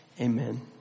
amen